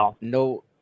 no